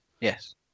yes